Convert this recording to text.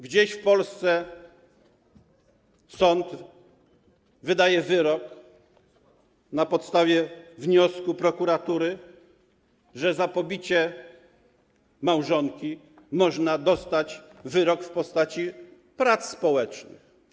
Gdzieś w Polsce sąd wydaje wyrok na podstawie wniosku prokuratury, że za pobicie małżonki można dostać wyrok w postaci prac społecznych.